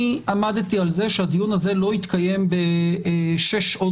עמדתי על זה שהדיון הזה לא יתקיים ב-6 שעות